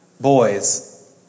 boys